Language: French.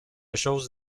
chose